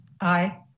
Aye